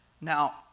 now